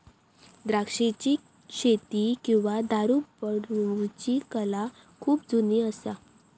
द्राक्षाची शेती किंवा दारू बनवुची कला खुप जुनी असा